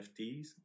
NFTs